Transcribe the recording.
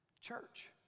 Church